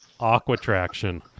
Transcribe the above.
Aquatraction